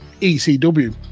ECW